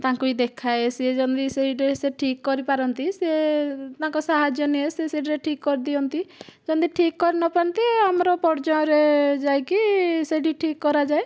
ତାଙ୍କୁ ହିଁ ଦେଖାଏ ସିଏ ଯେମିତି ସେଇଟା ସେ ଠିକ କରିପାରନ୍ତି ସେ ତାଙ୍କ ସାହାଯ୍ୟ ନିଏ ସେ ସେଠାରେ ଠିକ କରିଦିଅନ୍ତି ଯଦି ଠିକ କରିନପାରନ୍ତି ଆମର ପର୍ଯ୍ଯାୟରେ ଯାଇକି ସେଠି ଠିକ କରାଯାଏ